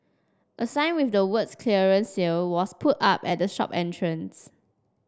a sign with the words clearance sale was put up at the shop entrance